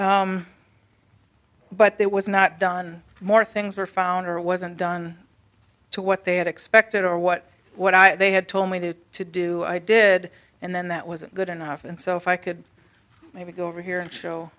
and but that was not done more things were found or wasn't done to what they had expected or what what i they had told me to do i did and then that was good enough and so if i could maybe go over here and show